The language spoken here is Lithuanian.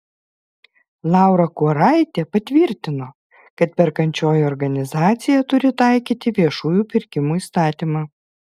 laura kuoraitė patvirtino kad perkančioji organizacija turi taikyti viešųjų pirkimų įstatymą